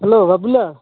hello Babula